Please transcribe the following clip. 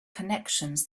connections